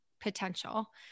potential